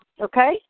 okay